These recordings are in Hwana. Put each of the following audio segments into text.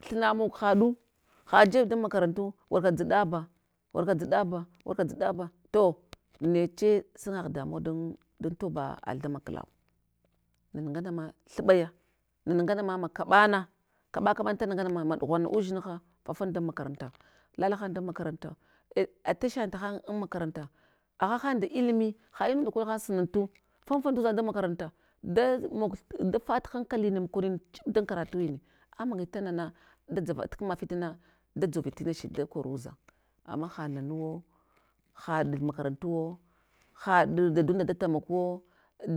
thuna mog haɗu, hajeb dan makarantu, warka dzɗaba, warka dzɗaba, warka dzɗaba. To neche sangagh damuwan dan dan toba thama klau. Nana nganama thuɓaya, nana nganama ma kaɓana, kaɓa kaɓayi tana nganama ma ɗughana udzinha, mafanl dan makaranta, lalahan dan makaranta ei atasha tahan an makaranta, aghahan nda ilmi, ha inunda kol han sununtu, fanful tudzang dan makaranta, da mog dafat hankalin nanakuri chip dan karatuwine, ama gal tanana, da dzava tkma fitulna, dadzovi tina shiɗe da kor udzang, ama hanamuwo haɗil makarantuwo, haɗ dadunda da tamokuwo,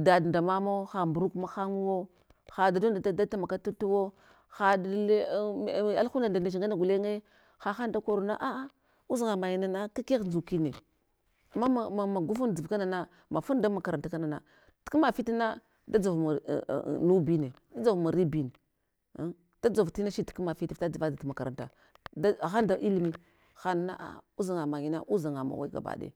dad nda mamo ha mburuk mahan wo, hadadunda da tamakatatuwo, haɗ alahunda nda nde ngana gulenye, hahan da korna aa udzanga manye na na kakegh ndzukinne, nama magaful nzuɗ kanana, mafunl da makaranta kanana, tukma fitna dadzov mawa aa nubine, dadzov mawa ribin an dadzov tinashiɗe tkma fit vita dzava dzat makaranta da agha nda ilimi haɗna aa udzanga manya udzanga mawe gabadaya.